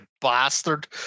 bastard